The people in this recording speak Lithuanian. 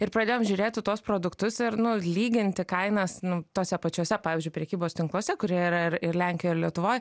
ir pradėjom žiūrėti tuos produktus ir nu lyginti kainas nu tuose pačiuose pavyzdžiui prekybos tinkluose kurie yra ir ir lenkijoj ir lietuvoj